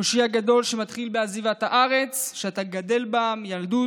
הקושי הגדול שמתחיל בעזיבת הארץ שאתה גדל בה מילדות,